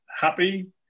happy